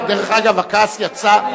הכעס יצא,